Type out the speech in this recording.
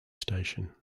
station